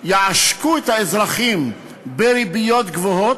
יעשקו את האזרחים בריביות גבוהות,